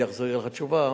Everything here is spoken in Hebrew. אני אחזיר לך תשובה,